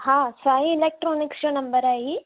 हा सांई इलेक्ट्रोनिक जो नम्बर आहे ही